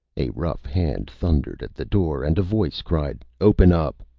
a rough hand thundered at the door, and a voice cried, open up!